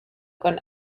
con